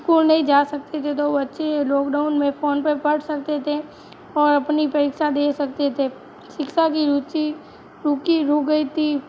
school नहीं जा सकते दे दो बच्चे लॉकडाउन में फोन पर पढ़ सकते थे और अपनी परीक्षा दे सकते थे शिक्षा की रुचि रुकी रुक गई थी